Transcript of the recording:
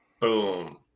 boom